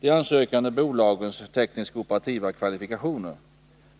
de ansökande bolagens teknisk-operativa kvalifikationer.